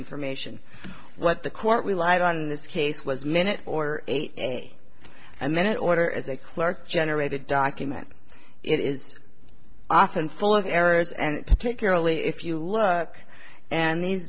information what the court relied on this case was minute or eight and then in order as a clerk generated document it is often full of errors and particularly if you look and these